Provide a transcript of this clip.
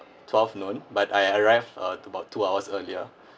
twelve noon but I arrived uh about two hours earlier